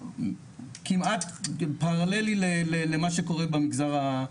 כמעט פרללי למה שקורה במגזר היהודי.